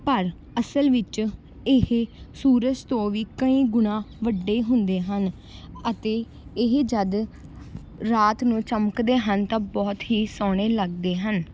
ਪਰ ਅਸਲ ਵਿੱਚ ਇਹ ਸੂਰਜ ਤੋਂ ਵੀ ਕਈ ਗੁਣਾ ਵੱਡੇ ਹੁੰਦੇ ਹਨ ਅਤੇ ਇਹ ਜਦ ਰਾਤ ਨੂੰ ਚਮਕਦੇ ਹਨ ਤਾਂ ਬਹੁਤ ਹੀ ਸੋਹਣੇ ਲੱਗਦੇ ਹਨ